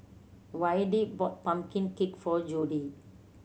Wayde bought pumpkin cake for Jodie